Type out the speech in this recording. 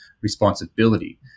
responsibility